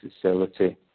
facility